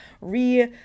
re-